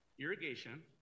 irrigation